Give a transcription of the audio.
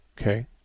Okay